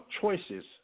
choices